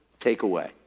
takeaway